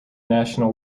national